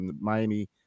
Miami